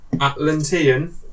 Atlantean